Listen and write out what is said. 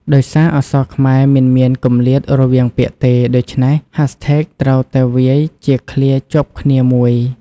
ដោយសារអក្សរខ្មែរមិនមានគម្លាតរវាងពាក្យទេ ដូច្នេះ ហាស់ថេកត្រូវតែវាយជាឃ្លាជាប់គ្នាមួយ។